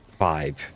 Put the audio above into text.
vibe